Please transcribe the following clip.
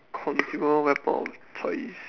consumable weapon of choice